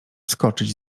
wskoczyć